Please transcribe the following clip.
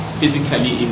physically